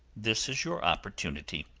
this is your opportunity.